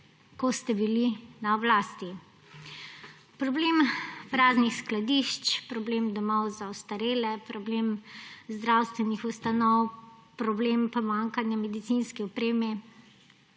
ko ste bili na oblasti. Problem praznih skladišč, problem domov za ostarele, problem zdravstvenih ustanov, problem pomanjkanja medicinske opreme